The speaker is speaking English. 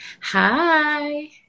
Hi